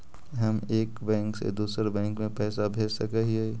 हम एक बैंक से दुसर बैंक में पैसा भेज सक हिय?